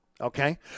okay